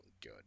good